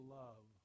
love